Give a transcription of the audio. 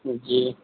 जी